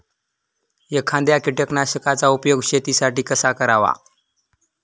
एखाद्या कीटकनाशकांचा उपयोग शेतीसाठी कसा करावा?